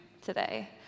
today